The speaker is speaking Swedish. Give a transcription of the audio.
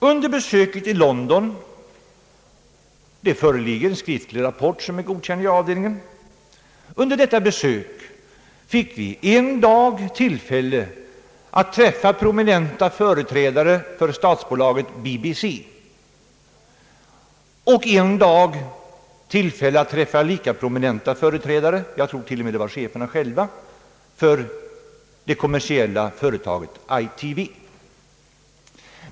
Under besöket i London — det föreligger skriftlig rapport som är godkänd i avdelningen — fick vi en dag tillfälle att träffa prominenta företrädare för statsbolaget BBC, och en dag träffa lika prominenta företrädare — jag tror t.o.m. det var cheferna själva — för det kommersiella företaget ITA.